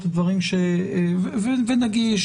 שיש להם בן במעמד שרוצה לקבל סטודנט הבן הוא אזרח ישראלי,